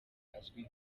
azwi